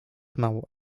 mało